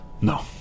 No